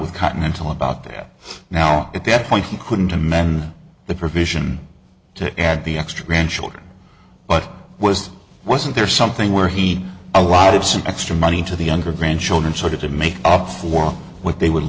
with continental about that now at that point he couldn't amend the provision to add the extra grandchildren but was wasn't there something where he allowed some extra money to the younger grandchildren sort of to make up for what they would